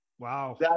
Wow